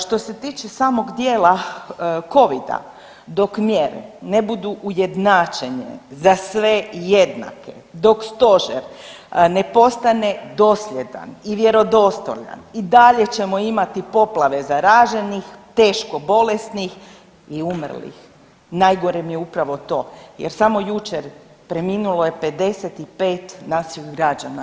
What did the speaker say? Što se tiče samog dijela covida dok mjere ne budu ujednačene, za sve jednake, dok stožer ne postane dosljedan i vjerodostojan i dalje ćemo imati poplave zaraženih, teško bolesnih i umrlih, najgore mi je upravo to jer samo jučer preminulo je 55 naših građana.